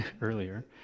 earlier